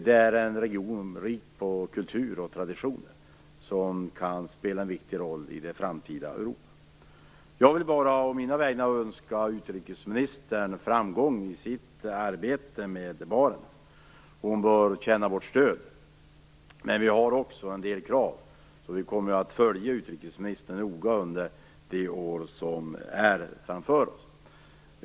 Det är en region som är rik på kultur och traditioner, som kan spela en viktig roll i det framtida Europa. Jag vill bara önska utrikesministern framgång i sitt arbete i Barentsrådet. Hon bör känna vårt stöd. Men vi har också en del krav. Vi kommer noga att följa utrikesministern under de kommande åren.